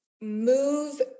move